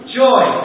joy